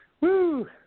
woo